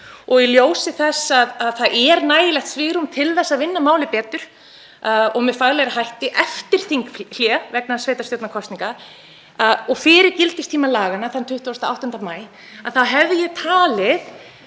Í ljósi þess að það er nægilegt svigrúm til að vinna málið betur og með faglegri hætti eftir þinghlé, vegna sveitarstjórnarkosninga, fyrir gildistíma laganna þann 28. maí hefði ég talið